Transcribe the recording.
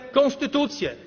konstytucję